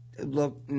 Look